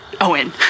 Owen